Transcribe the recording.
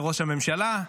לראש הממשלה.